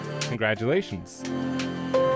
Congratulations